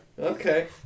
Okay